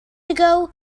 ago